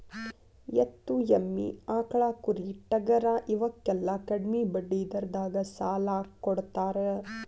ಎತ್ತು, ಎಮ್ಮಿ, ಆಕ್ಳಾ, ಕುರಿ, ಟಗರಾ ಇವಕ್ಕೆಲ್ಲಾ ಕಡ್ಮಿ ಬಡ್ಡಿ ದರದಾಗ ಸಾಲಾ ಕೊಡತಾರ